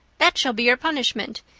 that shall be your punishment.